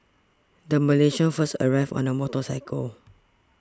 the Malaysians first arrived on a motorcycle